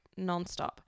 nonstop